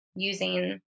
using